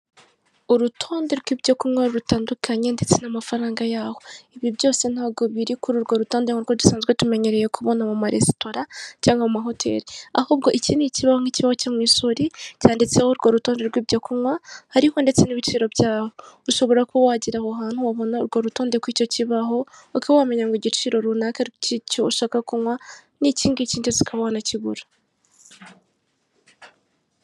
Urutonde rwibyo kunkwa rutandukanye ndetse n'amafaranga yaho ibi byose ntago biri kuri urwo rutonde nkurwo dusanzwe tumenyereye kubona mu ma resitora cyangwa mu ma hoteri ahubwo iki ni ikibaho nk'ikibaho cyo mu ishuri cyanditseho urwo rutonde ry'ibyo kunkwa hariho ndetse n'ibiciro byaho ushobora kuba wagera aho hantu wabona urwo rutonde ku icyo kibaho ukaba wamenya ngo igiciro runaka kicyo ushaka kunkwa ni ikingiki ndetse ukaba wana kigura.